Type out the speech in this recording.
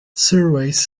surveys